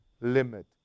limit